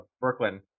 Brooklyn